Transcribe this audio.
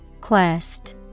Quest